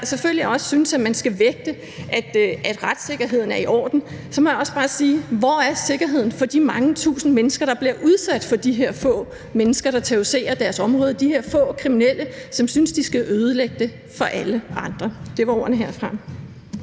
selvfølgelig også synes, at man skal vægte, at retssikkerheden er i orden, så må jeg også bare spørge: Hvor er sikkerheden for de mange tusind mennesker, der bliver udsat for de her få mennesker, der terroriserer deres områder, de her få kriminelle, som synes, de skal ødelægge det for alle andre? Det var ordene herfra.